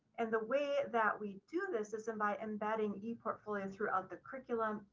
and the way that we do this is and by embedding a portfolio throughout the curriculum,